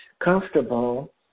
comfortable